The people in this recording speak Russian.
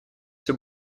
все